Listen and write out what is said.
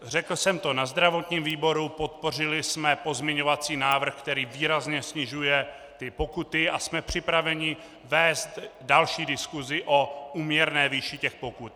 Řekl jsem to na zdravotním výboru podpořili jsme pozměňovací návrh, který výrazně snižuje pokuty, a jsme připraveni vést další diskusi o úměrné výši pokut.